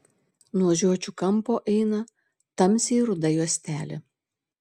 nuo žiočių kampo eina tamsiai ruda juostelė